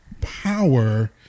power